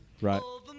Right